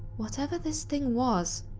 whatever this thing was,